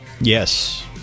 Yes